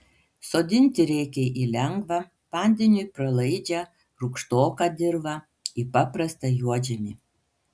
sodinti reikia į lengvą vandeniui pralaidžią rūgštoką dirvą į paprastą juodžemį